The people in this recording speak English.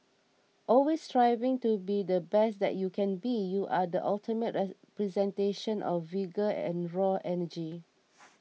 always striving to be the best that you can be you are the ultimate representation of vigour and raw energy